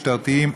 משטרתיים,